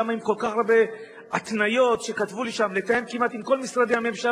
כל פעם תושב ארעי יכול לבקש להישאר בארץ עד חמש שנים,